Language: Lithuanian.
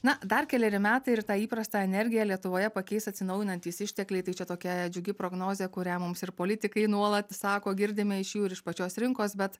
na dar keleri metai ir tą įprastą energiją lietuvoje pakeis atsinaujinantys ištekliai tai čia tokia džiugi prognozė kurią mums ir politikai nuolat sako girdime iš jų ir iš pačios rinkos bet